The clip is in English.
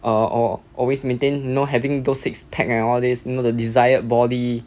or or always maintain you know having those six packs and all these you know the desired body